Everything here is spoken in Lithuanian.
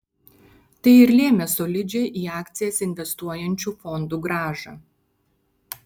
tai ir lėmė solidžią į akcijas investuojančių fondų grąžą